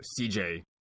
cj